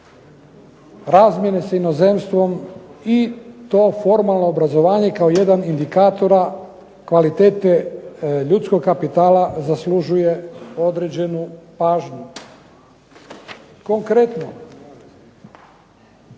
razmjene sa inozemstvom i to formalno obrazovanje kao jedan indikatora kvalitete ljudskog kapitala zaslužuje određenu pažnju.